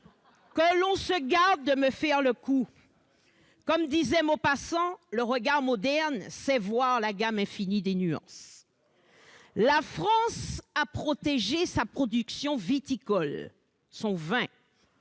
Que l'on se garde de me faire ce mauvais coup ! Comme l'écrivait Maupassant, le regard moderne sait voir la gamme infinie des nuances. Oh là là ! La France a protégé sa production viticole, son vin,